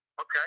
Okay